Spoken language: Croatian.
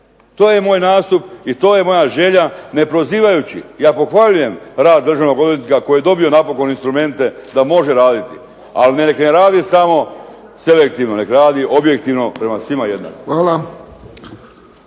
To je moj nastup i to je moja želja neprozivajući, ja pohvaljujem rad državnog odvjetnika koji je dobio napokon instrumente da može raditi, ali nek ne radi samo selektivno, nek radi objektivno, prema svima jednako.